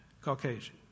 Caucasian